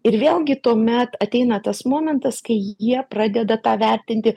ir vėlgi tuomet ateina tas momentas kai jie pradeda tą vertinti